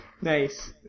Nice